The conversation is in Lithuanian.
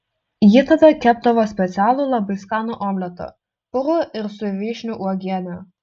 ji tada kepdavo specialų labai skanų omletą purų ir su vyšnių uogiene